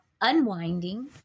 unwinding